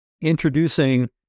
introducing